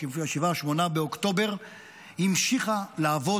8 באוקטובר המשיכה לעבוד,